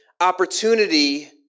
opportunity